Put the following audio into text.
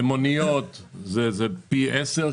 למוניות זה יהיה פי 10,